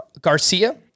Garcia